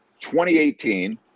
2018